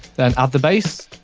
then add the base.